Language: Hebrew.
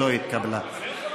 לא התקבלה.